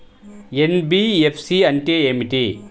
NBFC అంటే ఏమిటి?